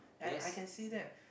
ya I can see that